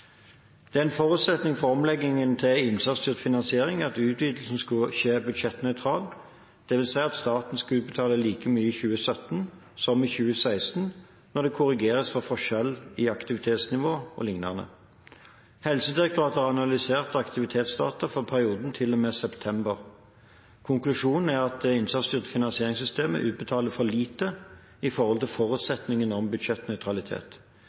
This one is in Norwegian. Det var en forutsetning for omleggingen til innsatsstyrt finansiering at utvidelsen skulle skje budsjettnøytralt, dvs. at staten skal utbetale like mye i 2017 som i 2016 når det korrigeres for forskjeller i aktivitetsnivå og liknende. Helsedirektoratet har analysert aktivitetsdata for perioden til og med september. Konklusjonen er at det innsatsstyrte finansieringssystemet utbetaler for lite i forhold til forutsetningen om budsjettnøytralitet.